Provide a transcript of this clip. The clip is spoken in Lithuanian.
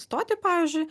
stotį pavyzdžiui